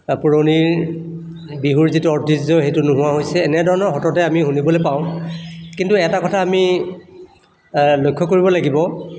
পুৰণিৰ বিহুৰ যিটো ঐতিহ্য সেইটো নোহোৱা হৈছে এনেধৰণৰ সততে আমি শুনিবলৈ পাওঁ কিন্তু এটা কথা আমি লক্ষ্য কৰিব লাগিব